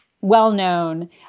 well-known